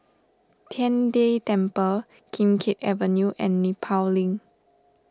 Tian De Temple Kim Keat Avenue and Nepal Link